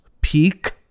peak